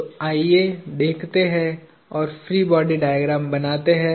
तो आइए देखते हैं और फ्री बॉडी डायग्राम बनाते हैं